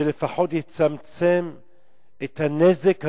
שלפחות יצמצם את הנזק היומיומי,